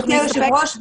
היושבת ראש,